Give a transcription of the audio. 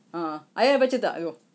ah ayah baca tak